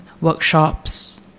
workshops